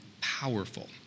powerful